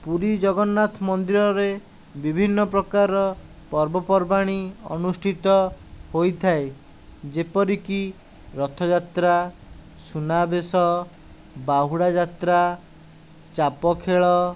ପୁରୀ ଜଗନ୍ନାଥ ମନ୍ଦିରରେ ବିଭିନ୍ନ ପ୍ରକାର ପର୍ବପର୍ବାଣୀ ଅନୁଷ୍ଠିତ ହୋଇଥାଏ ଯେପରିକି ରଥଯାତ୍ରା ସୁନାବେଶ ବାହୁଡ଼ାଯାତ୍ରା ଚାପଖେଳ